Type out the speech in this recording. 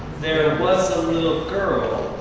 there was a little girl,